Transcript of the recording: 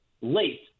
late